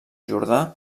jordà